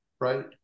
right